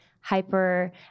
hyper